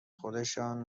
خودشان